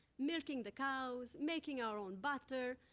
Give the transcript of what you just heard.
milking the cows, making our own butter,